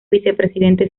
vicepresidente